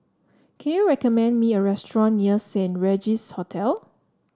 can you recommend me a restaurant near Saint Regis Hotel